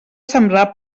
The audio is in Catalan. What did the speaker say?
sembrar